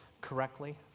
correctly